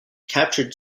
captured